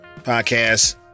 podcast